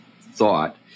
thought